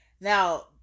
Now